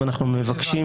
ואנחנו מבקשים,